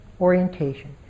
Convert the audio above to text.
orientation